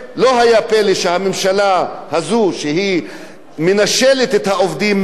שמנשלת את העובדים מכל הזכויות הסוציאליות שלהם,